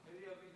את אלי אבידר.